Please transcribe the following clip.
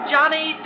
Johnny